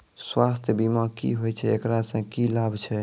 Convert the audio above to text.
स्वास्थ्य बीमा की होय छै, एकरा से की लाभ छै?